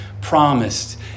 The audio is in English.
promised